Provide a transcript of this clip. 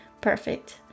perfect